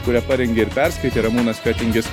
kurią parengė ir perskaitė ramūnas fetingis